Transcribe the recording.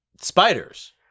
spiders